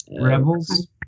Rebels